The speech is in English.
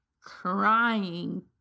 crying